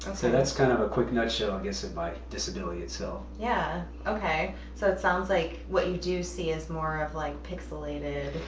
and so that's kind of a quick nutshell, i guess, in my disability itself. yeah, okay. so it sounds like what you do see is more of like pixelated.